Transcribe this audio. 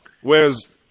Whereas